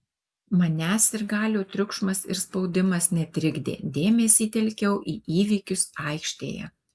manęs sirgalių triukšmas ir spaudimas netrikdė dėmesį telkiau į įvykius aikštėje